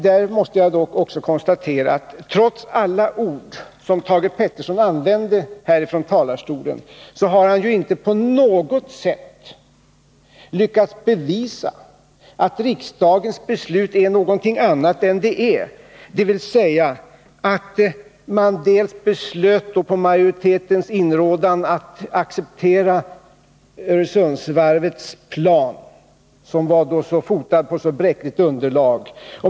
Jag måste också konstatera att Thage Peterson trots alla ord som han använde när han stod i talarstolen inte på något sätt har lyckats bevisa att riksdagens beslut är någonting annat än det är: Man beslöt — på majoritetens inrådan — att acceptera Öresundsvarvets plan, som var fotad på ett så bräckligt underlag.